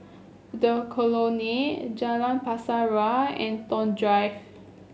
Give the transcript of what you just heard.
The Colonnade Jalan Pasir Ria and Toh Drive